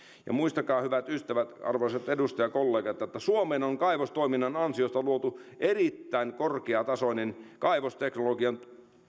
ja muistakaa hyvät ystävät arvoisat edustajakollegat että suomeen on kaivostoiminnan ansiosta luotu erittäin korkeatasoinen kaivosteknologian